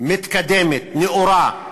מתקדמת, נאורה,